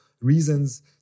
reasons